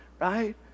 right